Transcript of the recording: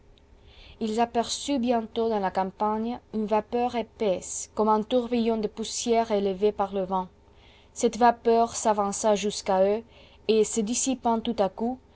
ils aperçurent bientôt dans la campagne une vapeur épaisse comme un tourbillon de poussière élevé par le vent cette vapeur s'avança jusqu'à eux et se dissipant tout à coup